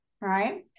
right